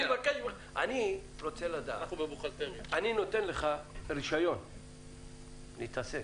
תקשיב, אני נותן לך רישיון להתעסק,